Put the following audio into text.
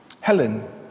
Helen